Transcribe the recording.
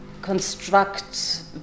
construct